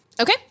Okay